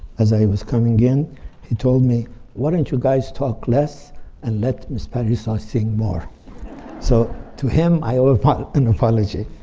as i was coming in he told me why don't you guys talk less and let miss parissa sing more so, to him i owe an and apology.